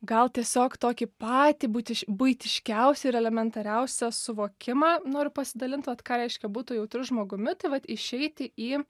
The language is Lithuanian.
gal tiesiog tokį patį būti buitiškiausią ir elementariausią suvokimą noriu pasidalint vat ką reiškia būt tuo jautriu žmogumi tai vat išeiti į